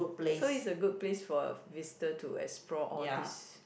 so is a good place for visitor to explore all this